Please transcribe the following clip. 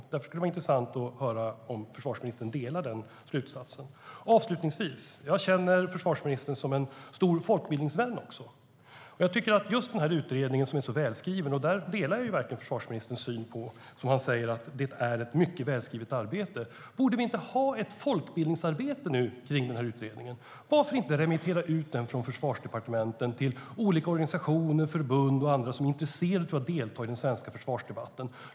Därför skulle det vara intressant att höra om försvarsministern delar den slutsatsen. Avslutningsvis: Jag känner försvarsministern också som en stor folkbildningsvän, och jag delar försvarsministerns syn att utredningen är ett mycket välskrivet arbete. Borde vi inte ha ett folkbildningsarbete nu om den här utredningen? Varför inte remittera den från Försvarsdepartementet till olika organisationer, förbund och andra som är intresserade av att delta i den svenska försvarsdebatten?